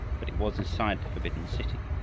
but it was inside the forbidden city,